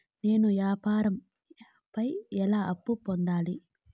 నేను నా వ్యాపారం పై ఎలా అప్పు పొందాలి?